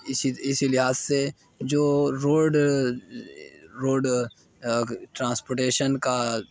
اسی اسی لحاظ سے جو روڈ روڈ ٹرانسپورٹیشن کا